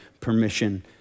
permission